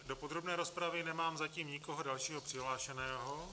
Do podrobné rozpravy nemám zatím nikoho dalšího přihlášeného.